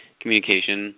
communication